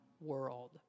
world